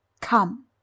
Come